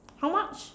how much